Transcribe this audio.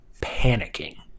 panicking